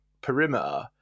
perimeter